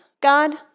God